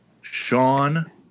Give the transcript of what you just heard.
Sean